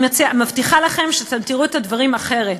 אני מבטיחה לכם שאתם תראו את הדברים אחרת.